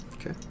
Okay